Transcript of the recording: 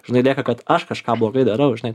žinai lieka kad aš kažką blogai darau žinai